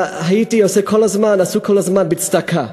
היינו עושים כל הזמן, עסוקים כל הזמן בצדקה.